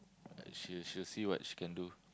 that she'll she'll see what she can do